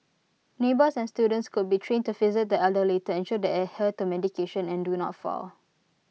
neighbours and students could be trained to visit the elderly to ensure they adhere to medication and do not fall